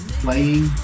playing